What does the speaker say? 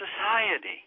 society